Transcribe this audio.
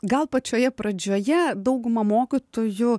gal pačioje pradžioje dauguma mokytojų